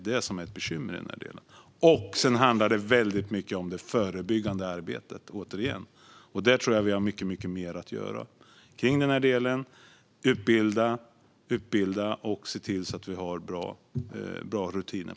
Sedan handlar det återigen väldigt mycket om det förebyggande arbetet, och där tror jag att vi har mycket mer att göra när det gäller att utbilda och se till att vi har bra rutiner.